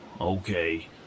Okay